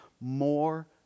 more